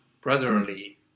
brotherly